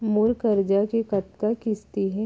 मोर करजा के कतका किस्ती हे?